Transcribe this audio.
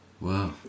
Wow